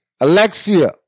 Alexia